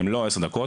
הם לא עשר דקות